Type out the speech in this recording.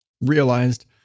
realized